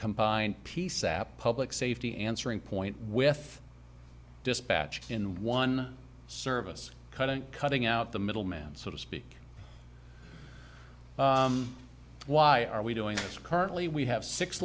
combine peace sap public safety answering point with dispatch in one service cutting cutting out the middleman so to speak why are we doing currently we have six